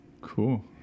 Cool